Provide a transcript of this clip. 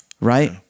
right